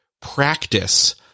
practice